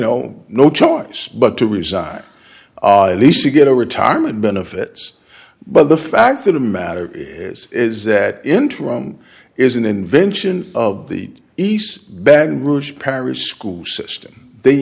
know no choice but to resign lisa get a retirement benefits but the fact of the matter is is that interim is an invention of the east baton rouge parish school system they